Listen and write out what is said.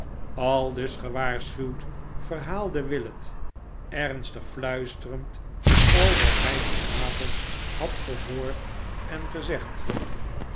aldus gewaarschuwd verhaalde willet ernstig fluisterend al wat hij dien avond had gehoord en gezegd